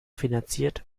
finanziert